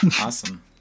Awesome